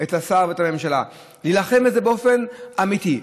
את השר ואת הממשלה,, להילחם בזה באופן אמיתי.